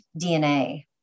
DNA